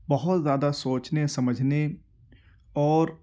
بہت زیادہ سوچنے سمجھنے اور